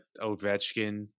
Ovechkin